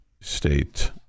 State